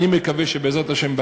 אני מקווה שבעזרת השם,